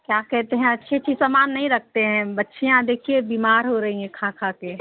کیا کہتے ہیں اچھی اچھی سامان نہیں رکھتے ہیں بچیاں دیکھیے بیمار ہو رہی ہیں کھا کھا کے